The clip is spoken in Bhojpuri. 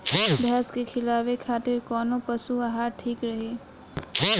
भैंस के खिलावे खातिर कोवन पशु आहार ठीक रही?